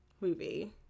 movie